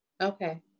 Okay